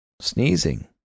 sneezing